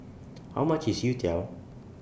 How much IS Youtiao